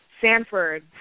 Sanford